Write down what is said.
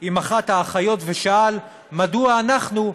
עם אחת האחיות ושאל מדוע אנחנו,